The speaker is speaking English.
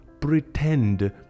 pretend